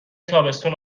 تابستون